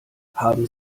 haben